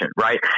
right